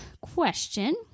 question